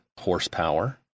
horsepower